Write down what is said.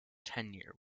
tenure